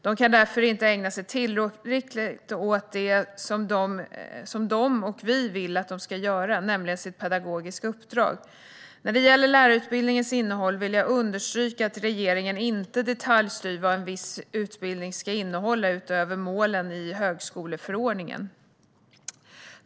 De kan därför inte ägna sig tillräckligt åt det som de och vi vill, nämligen sitt pedagogiska uppdrag. När det gäller lärarutbildningens innehåll vill jag understryka att reger-ingen inte detaljstyr vad en viss utbildning ska innehålla utöver målen i högskoleförordningen .